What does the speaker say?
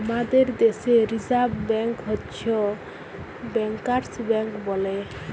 হামাদের দ্যাশে reserve bank হচ্ছ ব্যাংকার্স ব্যাঙ্ক বলে